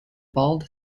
bald